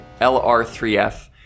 LR3F